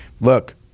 look